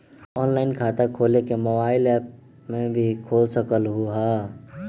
Online खाता खोले के मोबाइल ऐप फोन में भी खोल सकलहु ह?